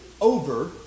over